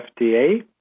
FDA